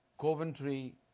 Coventry